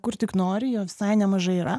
kur tik nori jo visai nemažai yra